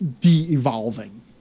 de-evolving